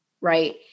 right